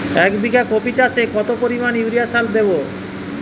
এক বিঘা কপি চাষে কত পরিমাণ ইউরিয়া সার দেবো?